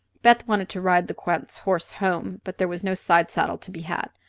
beth wanted to ride the count's horse home, but there was no side saddle to be had,